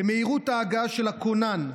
למהירות ההגעה של הכונן,